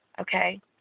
Okay